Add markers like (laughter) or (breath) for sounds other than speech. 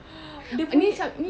(breath) dia punya